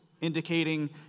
indicating